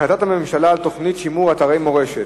החלטת הממשלה על תוכנית שימור אתרי מורשת,